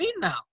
now